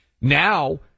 Now